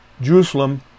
Jerusalem